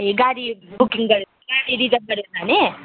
ए गाडी बुकिङ गरेर गाडी रिजर्भ गरेर जाने